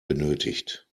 benötigt